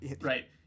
right